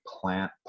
plant